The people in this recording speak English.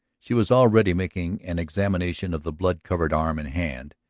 she was already making an examination of the blood covered arm and hand,